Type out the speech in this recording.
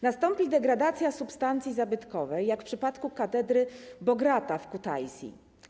Nastąpi degradacja substancji zabytkowej, jak w przypadku katedry Bagrata w Kutaisi.